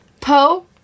Poe